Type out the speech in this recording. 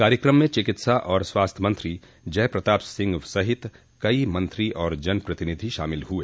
कार्यक्रम में चिकित्सा और स्वास्थ्य मंत्री जय प्रताप सिंह सहित कई मंत्री और जन प्रतिनिधि शामिल हुए